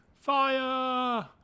Fire